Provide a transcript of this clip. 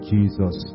Jesus